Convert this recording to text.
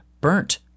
Burnt